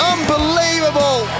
Unbelievable